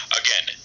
again